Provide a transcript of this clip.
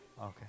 Okay